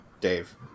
Dave